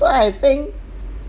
so I think